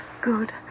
Good